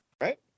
right